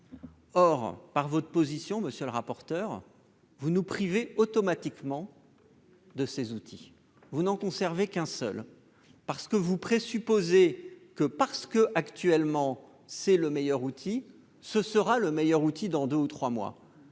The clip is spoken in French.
Or, par votre position, monsieur le rapporteur, vous nous privez automatiquement de ces outils, vous n'en conserver qu'un seul parce que vous présupposé que parce que, actuellement, c'est le meilleur outil, ce sera le meilleur outil dans 2 ou 3 mois,